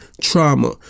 trauma